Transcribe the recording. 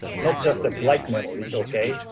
not just the blight memories, okay,